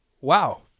Wow